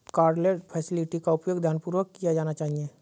cardless facility का उपयोग ध्यानपूर्वक किया जाना चाहिए